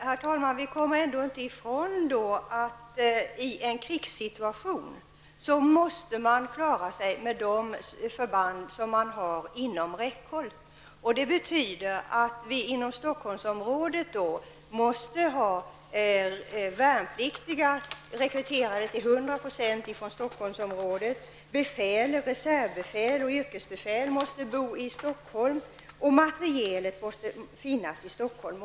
Herr talman! Vi kommer ändå inte ifrån att man i en krigsorganisation måste klara sig med de förband som finns inom räckhåll. Det betyder att vi i Stockholmsområdet måste ha värnpliktiga rekryterade till 100 % från Stockholmsområdet. Reservbefäl och yrkesbefäl måste bo i Stockholm och materielen måste finnas i Stockholm.